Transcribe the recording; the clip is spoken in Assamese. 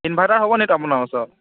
ইনভাৰ্টাৰ হ'ব নেকি আপোনাৰ ওচৰত